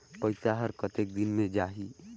पइसा हर कतेक दिन मे जाही?